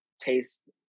taste